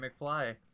McFly